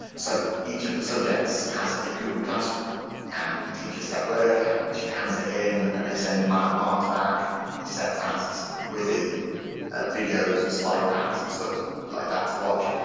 so each of the subjects has a google classroom and the teachers set work and she hands it in and they send marks marks back and they set tasks and quizzes and ah videos and slide packs and stuff like that to watch.